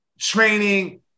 training